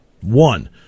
One